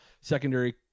secondary